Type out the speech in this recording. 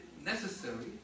necessary